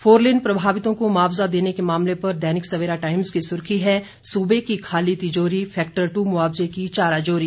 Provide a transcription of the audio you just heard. four lane प्रभावितों को मुआवजा देने के मामले पर दैनिक सवेरा टाइम्स की सुर्खी है सूबे की खाली तिजौरी फैक्टर टू मुआवजे की चाराजोरी